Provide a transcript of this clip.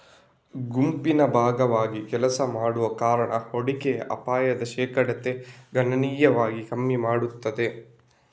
ಗುಂಪಿನ ಭಾಗವಾಗಿ ಕೆಲಸ ಮಾಡುವ ಕಾರಣ ಹೂಡಿಕೆಯ ಅಪಾಯದ ಶೇಕಡತೆ ಗಣನೀಯವಾಗಿ ಕಮ್ಮಿ ಮಾಡ್ತದೆ